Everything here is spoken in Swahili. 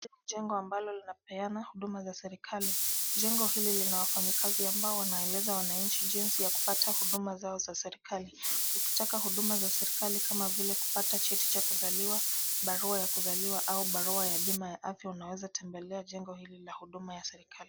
Jengo ambalo linapeana huduma za serikali. Jengo hili lina wafanyikazi ambao wanaeleza wananchi jinsi ya kupata huduma zao za serikali. Ukitaka huduma za serikali kama vile kupata cheti cha kuzaliwa, barua ya kuzaliwa au barua ya bima ya afya unaweza kutembelea jengo hili la huduma ya serikali.